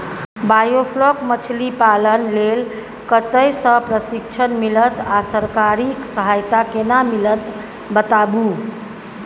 Biofloc मछलीपालन लेल कतय स प्रशिक्षण मिलत आ सरकारी सहायता केना मिलत बताबू?